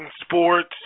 sports